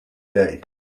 day